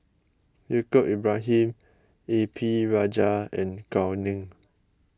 Yaacob Ibrahim A P Rajah and Gao Ning